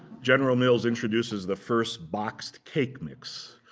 general mills introduces the first boxed cake mix.